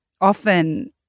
often